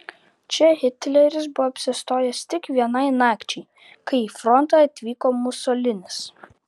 čia hitleris buvo apsistojęs tik vienai nakčiai kai į frontą atvyko musolinis